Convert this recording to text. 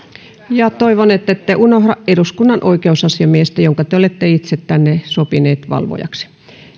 lisäämään toivon ettette unohda eduskunnan oikeusasiamiestä jonka te olette itse tänne sopineet valvojaksi